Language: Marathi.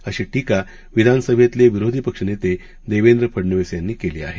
अशी टीका विधानसभेतले विरोधी पक्षनेते देवेंद्र फडनवीस यांनी केली आहे